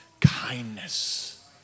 kindness